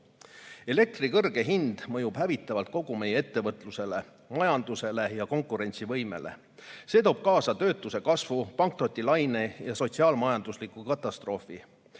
kõrge hind mõjub hävitavalt kogu meie ettevõtlusele, majandusele ja konkurentsivõimele. See toob kaasa töötuse kasvu, pankrotilaine ja sotsiaal-majandusliku katastroofi.